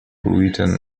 written